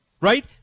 right